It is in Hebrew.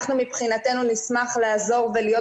אנחנו מבחינתנו נשמח לעזור ולהיות